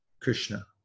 Krishna